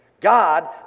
God